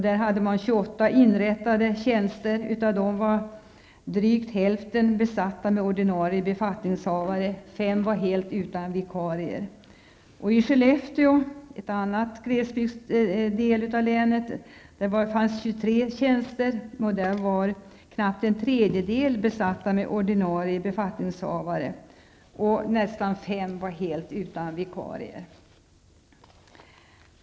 Där finns 28 tjänster inrättade. Av dem är drygt hälften besatta med ordinarie befattningshavare. Fem tjänster saknar helt vikarier. I Skellefteå, en annan glesbygdsdel av länet, finns det 23 tjänster, och knappt en tredjedel är besatta med ordinarie befattningshavare, och nästan fem tjänster saknar vikarier.